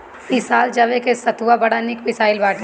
इ साल जवे के सतुआ बड़ा निक पिसाइल बाटे